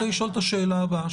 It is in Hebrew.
אני רוצה לשאול את השאלה הבאה.